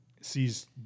sees